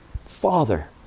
Father